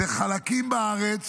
זה חלקים בארץ